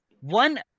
one